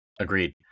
Agreed